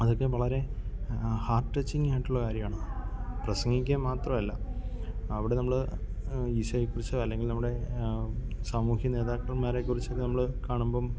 അതൊക്കെ വളരെ ഹാർട്ട് ടച്ചിങ്ങായിട്ടുള്ള കാര്യമാണ് പ്രസംഗിക്കാൻ മാത്രമല്ല അവിടെ നമ്മൾ ഈശോയെക്കുറിച്ചോ അല്ലെങ്കിൽ നമ്മുടെ സാമൂഹ്യ നേതാക്കന്മാരെക്കുറിച്ചൊക്കെ നമ്മൾ കാണുമ്പം